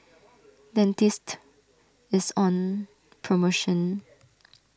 Dentiste is on promotion